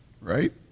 Right